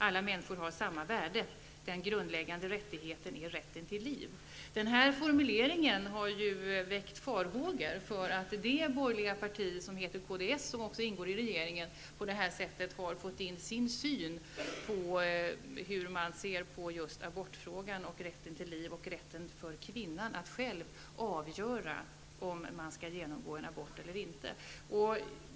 Alla människor har samma värde. Den grundläggande mänskliga rättigheten är rätten till liv''. Denna formulering har väckt farhågor för att det borgerliga parti som heter kds och som också ingår i regeringen på detta sätt har fått in sin syn på just abortfrågan, rätten till liv och rätten för kvinnan att själv avgöra om hon skall genomgå abort eller inte.